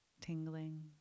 tingling